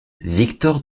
victor